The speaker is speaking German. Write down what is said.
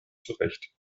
zurecht